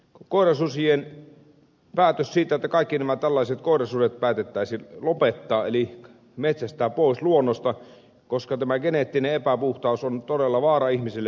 koirasusien päätös siitä kaikki nämä tällaiset koirasudet päätettäisiin lopettaa eli metsästää pois luonnosta koska tämä geneettinen epäpuhtaus on todella vaara ihmisille